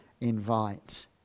invite